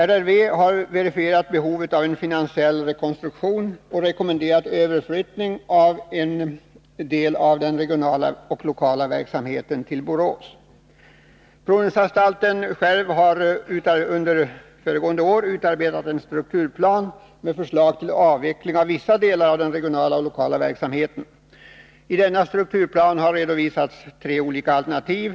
RRV har verifierat behovet av en finansiell rekonstruktion och rekommenderat en överflyttning av en del av den regionala och lokala verksamheten till Borås. Provningsanstalten har själv under föregå ende år utarbetat en strukturplan med förslag till avveckling av vissa delar av Nr 174 den regionala och lokala verksamheten. Fredagen den I denna strukturplan redovisas tre olika alternativ.